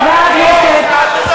מי נגד, להרים את היד.